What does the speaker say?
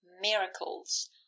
miracles